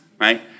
right